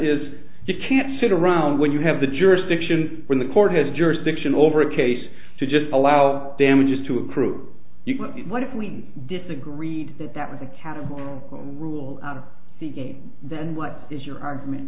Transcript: is you can't sit around when you have the jurisdiction when the court has jurisdiction over a case to just allow damages to accrue what if we disagreed that that was a cattle call rule seeking then what is your argument